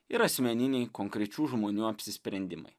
ir asmeniniai konkrečių žmonių apsisprendimai